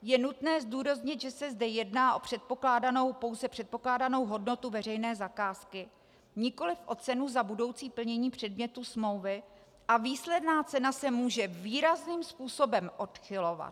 Je nutné zdůraznit, že se zde jedná pouze o předpokládanou hodnotu veřejné zakázky, nikoliv o cenu za budoucí plnění předmětu smlouvy, a výsledná cena se může výrazným způsobem odchylovat.